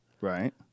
Right